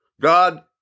God